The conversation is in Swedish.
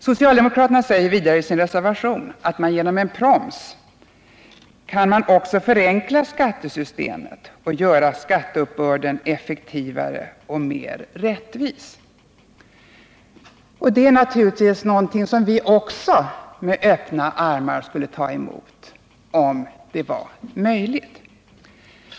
Socialdemokraterna säger vidare i sin reservation att genom en proms ”kan man också förenkla skattesystemet och göra skatteuppbörden effektivare och mer rättvis”. Det är naturligtvis någonting som vi också med öppna armar skulle ta emot.